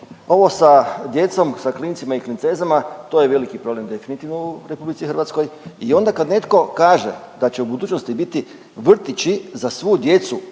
ovo sa djecom, sa klincima i klincezama, to je veliki problem definitivno u RH i onda kad netko kaže da će u budućnosti biti vrtići za svu djecu